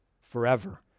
forever